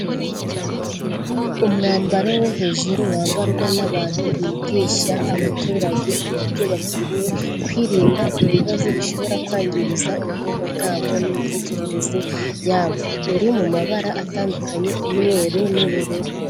Umwambaro wo hejuru wambarwa n'abantu bigisha abaturage uburyo bakwiriye kwirinda ibibazo bishobora kwangiriza ubwonko bwabo n'imitekerereze yabo. Iri mu mabara atandukanye, umweru n'ubururu.